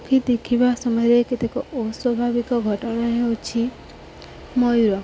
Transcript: ପକ୍ଷୀ ଦେଖିବା ସମୟରେ କେତକ ଅସ୍ୱାଭାବିକ ଘଟଣା ହେଉଛି ମୟୂର